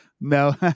no